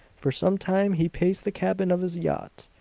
for some time he paced the cabin of his yacht,